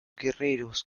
guerreros